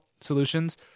Solutions